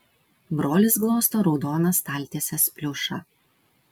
brolis glosto raudoną staltiesės pliušą